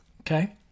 okay